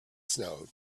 snow